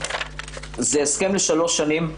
זה הסכם לשלוש שנים.